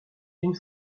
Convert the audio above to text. une